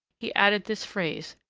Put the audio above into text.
he added this phrase,